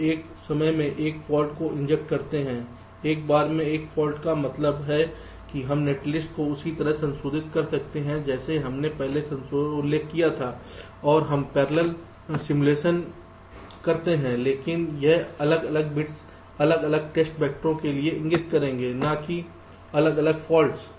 हम एक समय में एक फाल्ट को इंजेक्ट करते हैं एक बार में एक फाल्ट का मतलब है कि हम नेटलिस्ट को उसी तरह संशोधित कर सकते हैं जैसे हमने पहले उल्लेख किया था और हम पैरेलल सिमुलेशन करते हैं लेकिन अब अलग अलग बिट्स अलग अलग टेस्ट वैक्टर को इंगित करेंगे ना की अलग अलग फाल्ट